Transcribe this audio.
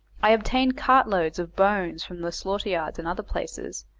i obtained cart loads of bones from the slaughter yards and other places,